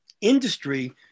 industry